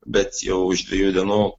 bet jau už dviejų dienų